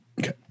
Okay